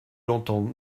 l’entend